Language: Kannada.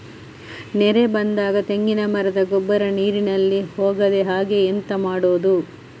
ನೆರೆ ಬಂದಾಗ ತೆಂಗಿನ ಮರದ ಗೊಬ್ಬರ ನೀರಿನಲ್ಲಿ ಹೋಗದ ಹಾಗೆ ಎಂತ ಮಾಡೋದು?